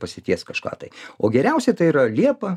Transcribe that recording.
pasitiest kažką tai o geriausia tai yra liepa